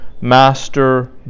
master